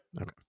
okay